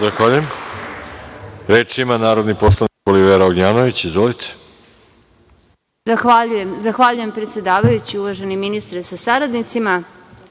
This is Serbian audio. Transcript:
Zahvaljujem. Reč ima narodni poslanik Olivera Ognjanović. Izvolite. **Olivera Ognjanović** Zahvaljujem, predsedavajući. Uvaženi ministre sa saradnicima,